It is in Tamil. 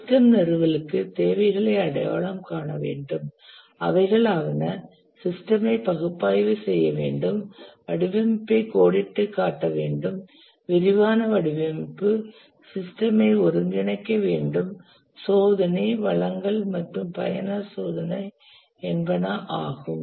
சிஸ்டம் நிறுவலுக்கு தேவைகளை அடையாளம் காண வேண்டும் அவைகளாவன சிஸ்டம் ஐ பகுப்பாய்வு செய்ய வேண்டும் வடிவமைப்பை கோடிட்டுக் காட்ட வேண்டும் விரிவான வடிவமைப்பு சிஸ்டம் ஐ ஒருங்கிணைக் வேண்டும் சோதனை வழங்கல் மற்றும் பயனர் சோதனை என்பன ஆகும்